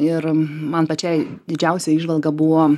ir man pačiai didžiausia įžvalga buvo